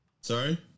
Sorry